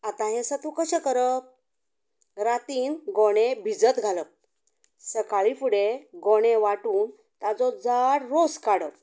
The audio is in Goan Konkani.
आतां हें सत्व कशें करप रातीन घोणें भिजत घालप सकाळी फुडें घोणें वांटून ताजो जाड रोस काडप